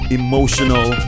emotional